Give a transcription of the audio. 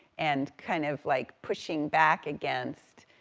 and kind of like pushing back against,